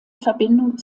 verbindung